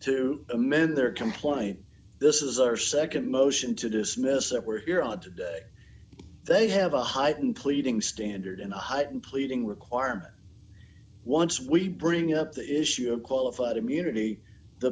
to amend their compliance this is our nd motion to dismiss it we're here on today they have a heightened pleading standard and heightened pleading requirement once we bring up the issue of qualified immunity the